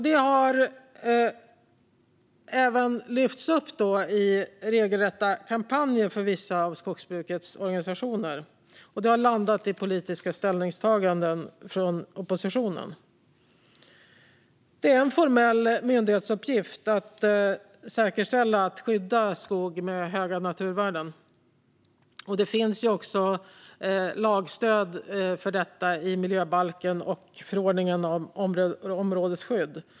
Det har även lyfts fram i regelrätta kampanjer från vissa av skogsbrukets organisationer, och det har landat i politiska ställningstaganden från oppositionen. Det är en formell myndighetsuppgift att säkerställa att skog med höga naturvärden skyddas, och det finns också lagstöd för detta i miljöbalken och i förordningen om områdesskydd.